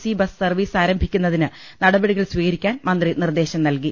C bus service ആരംഭിക്കുന്നതിന് നടപ ടികൾ സ്വീകരിക്കാൻ് മന്ത്രി നിർദ്ദേശം നൽകി